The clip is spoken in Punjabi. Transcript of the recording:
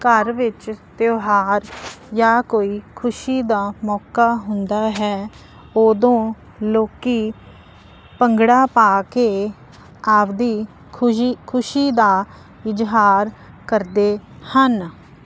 ਘਰ ਵਿੱਚ ਤਿਉਹਾਰ ਜਾ ਕੋਈ ਖੁਸ਼ੀ ਦਾ ਮੌਕਾ ਹੁੰਦਾ ਹੈ ਉਦੋਂ ਲੋਕੀ ਭੰਗੜਾ ਪਾ ਕੇ ਆਪਦੀ ਖੁਜੀ ਖੁਸ਼ੀ ਦਾ ਇਜ਼ਹਾਰ ਕਰਦੇ ਹਨ